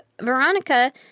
Veronica